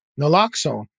naloxone